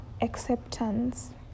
acceptance